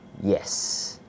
Yes